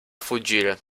fuggire